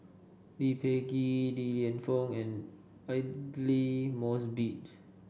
Lee Peh Gee Li Lienfung and Aidli Mosbit